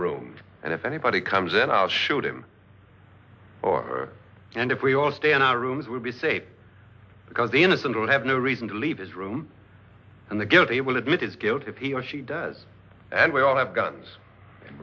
room and if anybody comes in i'll shoot him or her and if we all stay in our rooms we'll be safe because the innocent will have no reason to leave his room and the guilty will admit his guilt if he or she does and we all have guns and